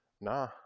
Nah